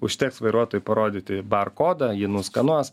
užteks vairuotojui parodyti bar kodą jį nuskanuos